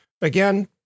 again